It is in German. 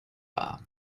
war